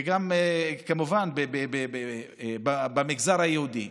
וגם כמובן במגזר היהודי.